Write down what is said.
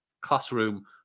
classroom